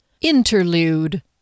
Interlude